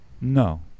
No